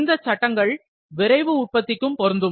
இந்த சட்டங்கள் விரைவு உற்பத்திக்கும் பொருந்தும்